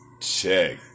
check